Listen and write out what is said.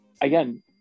again